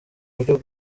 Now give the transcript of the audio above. buryo